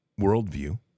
worldview